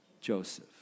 Joseph